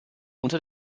unter